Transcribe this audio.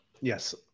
Yes